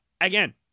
Again